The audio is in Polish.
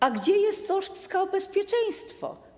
A gdzie jest troska o bezpieczeństwo?